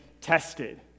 tested